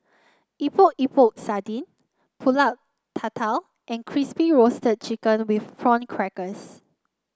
Epok Epok Sardin pulut Tatal and Crispy Roasted Chicken with Prawn Crackers